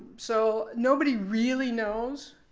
so nobody really knows.